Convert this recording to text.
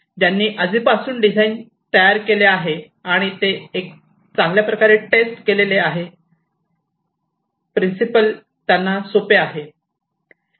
ज्यांनी आधीपासून डिझाइन तयार केले आहे आणि ते एक चांगले टेस्ट केलेले प्रिन्सिपल त्यांना सोपे आहे